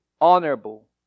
honorable